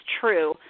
true